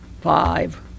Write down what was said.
five